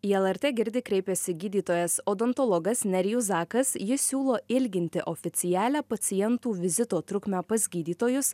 į lrt girdi kreipėsi gydytojas odontologas nerijus zakas jis siūlo ilginti oficialią pacientų vizito trukmę pas gydytojus